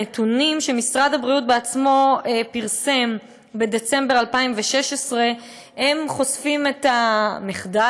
הנתונים שמשרד הבריאות בעצמו פרסם בדצמבר 2016 חושפים את המחדל,